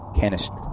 canister